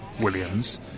Williams